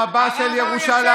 רבה של ירושלים,